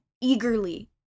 eagerly